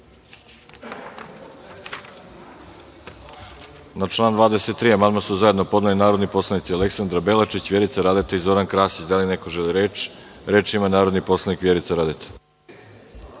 član 23. amandman su zajedno podneli narodni poslanici Aleksandra Belačić, Vjerica Radeta i Zoran Krasić. Da li neko želi reč? Reč ima narodni poslanik Vjerica Radeta.